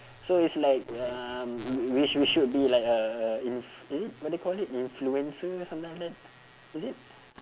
so it's like um we we should we should be like a a inf~ is it what do you call it influencer something like that is it